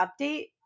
update